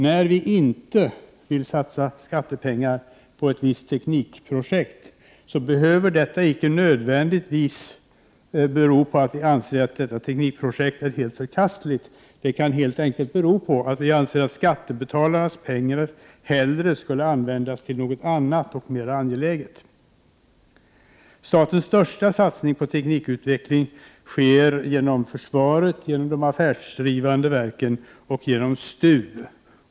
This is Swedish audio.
När vi inte vill satsa skattepengar på ett visst teknikprojekt, behöver det inte bero på att vi anser att detta projekt är helt förkastligt — det kan helt enkelt bero på att vi anser att skattebetalarnas pengar hellre skulle användas till något annat, mer angeläget. Statens största satsning på teknikutveckling sker genom försvaret och de affärsdrivande verken och genom STU.